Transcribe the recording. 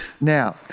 Now